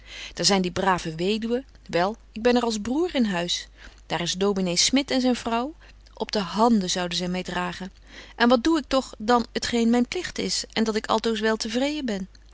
daar zyn die brave weduwen wel ik ben er als broêr in huis daar is dominé smit en zyn vrouw op de handen zouden zy my dragen en wat doe ik toch dan t geen myn pligt is en dat ik altoos wel te vreên ben